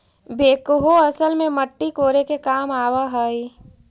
backhoe असल में मट्टी कोड़े के काम आवऽ हई